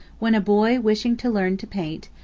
when a boy, wishing to learn to paint,